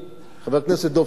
חבר הכנסת דב חנין,